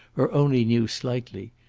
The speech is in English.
or only knew slightly.